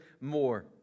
more